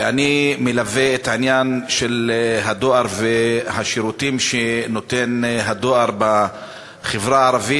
ואני מלווה את העניין של הדואר ושל השירותים שהדואר נותן בחברה הערבית.